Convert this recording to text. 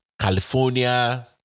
California